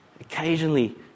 occasionally